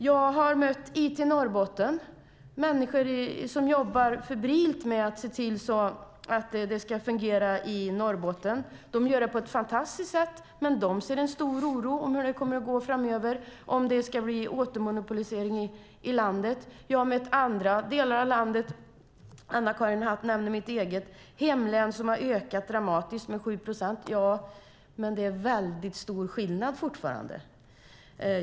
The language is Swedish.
Jag har mött IT Norrbotten - människor som jobbar febrilt med att se till så att det ska fungera i Norrbotten. De gör det på ett fantastiskt sätt, men de ser en stor oro för hur det kommer att gå framöver om det ska bli återmonopolisering i landet. Jag har även mött andra; Anna-Karin Hatt nämner mitt eget hemlän som har ökat dramatiskt med 7 procent. Ja, men det är väldigt stor skillnad fortfarande.